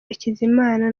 hakizimana